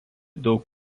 daug